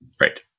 Right